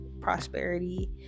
prosperity